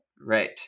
Right